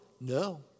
No